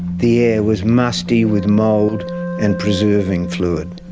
the air was musty with mould and preserving fluid.